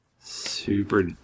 super